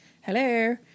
hello